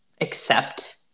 accept